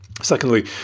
Secondly